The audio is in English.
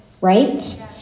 right